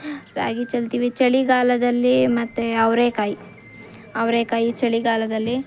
ರಾಗಿ ಚೆಲ್ತೀವಿ ಚಳಿಗಾಲದಲ್ಲಿ ಮತ್ತೆ ಅವರೇಕಾಯಿ ಅವರೇಕಾಯಿ ಚಳಿಗಾಲದಲ್ಲಿ